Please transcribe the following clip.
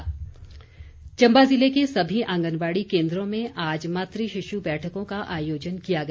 मातवंदना चम्बा ज़िले के सभी आंगनबाड़ी केन्द्रों में आज मातृ शिशु बैठकों का आयोजन किया गया